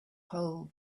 hole